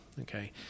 okay